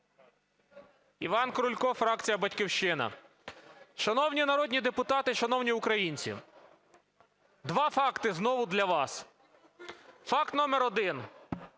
Іван Крулько, фракція "Батьківщина". Шановні народні депутати, шановні українці, два факти знову для вас. Факт номер 1.